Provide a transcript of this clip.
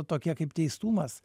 tokie kaip teistumas